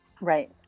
Right